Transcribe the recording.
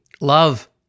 Love